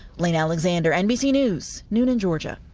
blayne alexander, nbc news, noonan, georgia.